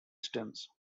stems